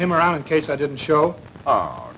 him around in case i didn't show